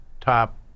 top